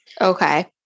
Okay